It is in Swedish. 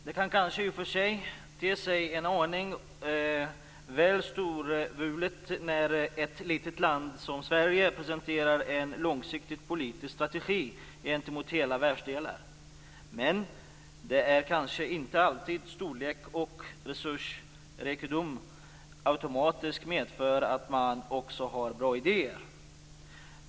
Det kan kanske i och för sig te sig en aning väl storvulet när ett litet land som Sverige presenterar en långsiktig politisk strategi gentemot hela världsdelar. Men det är kanske inte alltid som storlek och resursrikedom automatiskt medför att man också har bra idéer.